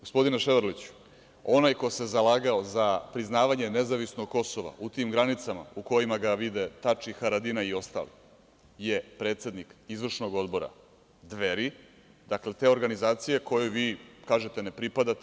Gospodine Ševarliću, onaj ko se zalagao za priznavanje nezavisnog Kosova u tim granicama u kojima ga vide Tači, Haradinaj i ostali, je predsednik Izvršnog odbora Dveri, dakle, te organizacije kojoj vi, kako kažete, ne pripadate.